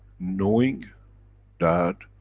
knowing that,